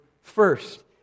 first